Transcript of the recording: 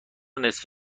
نصف